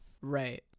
Right